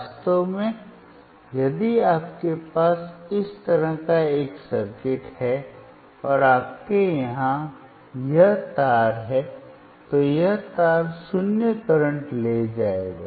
वास्तव में यदि आपके पास इस तरह का एक सर्किट है और आपके यहाँ यह तार है तो यह तार शून्य करंट ले जाएगा